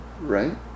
right